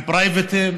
עם פרייבטים,